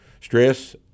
Stress